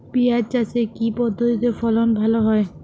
পিঁয়াজ চাষে কি পদ্ধতিতে ফলন ভালো হয়?